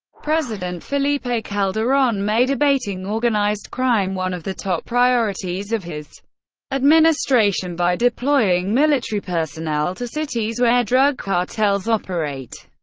president felipe calderon made abating organized crime one of the top priorities of his administration by deploying military personnel to cities where drug cartels operate.